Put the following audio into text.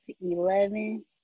eleven